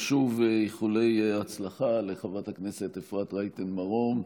ושוב איחולי הצלחה לחברת הכנסת אפרת רייטן מרום.